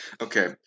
Okay